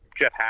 Jeff